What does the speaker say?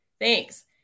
Thanks